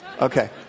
Okay